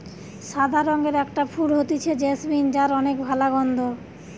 সাদা রঙের একটা ফুল হতিছে জেসমিন যার অনেক ভালা গন্ধ